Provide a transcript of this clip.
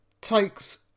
takes